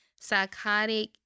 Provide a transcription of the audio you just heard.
psychotic